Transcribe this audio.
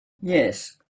Yes